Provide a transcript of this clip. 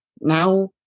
now